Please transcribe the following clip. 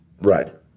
Right